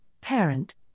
parent